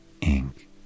ink